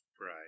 Right